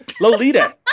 Lolita